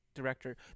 director